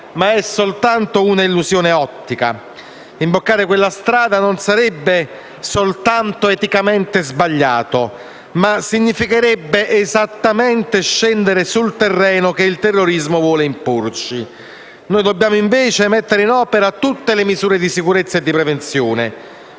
ma è soltanto un'illusione ottica. Imboccare quella strada non soltanto sarebbe eticamente sbagliato, ma significherebbe anche scendere esattamente sul terreno che il terrorismo vuole imporci. Noi dobbiamo invece mettere in opera tutte le misure di sicurezza e prevenzione,